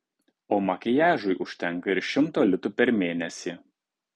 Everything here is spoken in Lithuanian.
o makiažui užtenka ir šimto litų per mėnesį